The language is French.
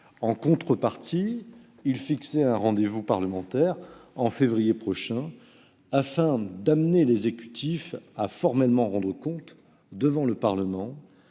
En contrepartie, il fixait un rendez-vous parlementaire en février prochain, afin d'amener l'exécutif à rendre compte formellement devant le Parlement